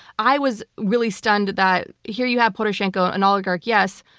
i was really stunned that here you have poroshenko, an oligarch, yes,